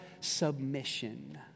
submission